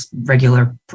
regular